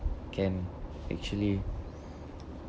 can actually